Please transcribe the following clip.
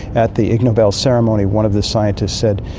at the ig nobel ceremony one of the scientists said,